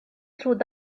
through